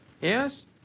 Yes